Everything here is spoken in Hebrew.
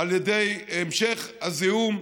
על ידי המשך הזיהום.